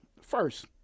First